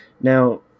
Now